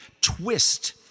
twist